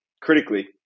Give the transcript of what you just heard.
critically